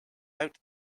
out